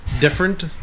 different